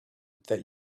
that